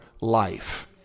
life